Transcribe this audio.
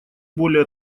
более